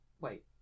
Wait